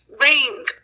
ring